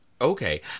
Okay